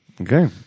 Okay